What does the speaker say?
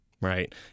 right